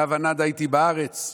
נע ונד הייתי בארץ.